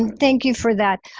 thank you for that.